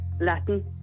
Latin